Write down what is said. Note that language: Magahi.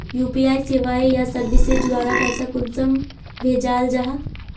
यु.पी.आई सेवाएँ या सर्विसेज द्वारा पैसा कुंसम भेजाल जाहा?